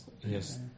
Yes